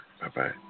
Bye-bye